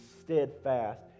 steadfast